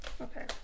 Okay